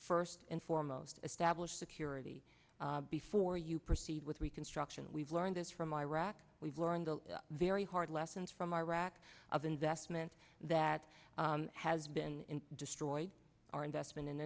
first and foremost establish security before you proceed with reconstruction we've learned this from iraq we've learned a very hard lessons from iraq of investment that has been destroyed our investment